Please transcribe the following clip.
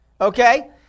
Okay